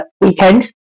weekend